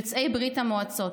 יוצאי ברית המועצות,